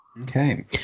Okay